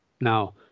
now